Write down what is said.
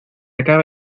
acaba